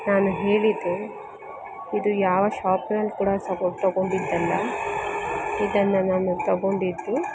ನಾನು ಹೇಳಿದೆ ಇದು ಯಾವ ಶಾಪ್ನಲ್ಲಿ ಕೂಡ ಸಗೋಂಡು ತೊಗೊಂಡಿದ್ದಲ್ಲ ಇದನ್ನ ನಾನು ತೊಗೊಂಡಿದ್ದು